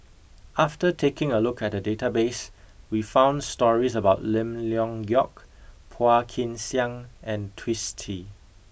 after taking a look at the database we found stories about Lim Leong Geok Phua Kin Siang and Twisstii